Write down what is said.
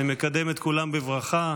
אני מקדם את כולם בברכה.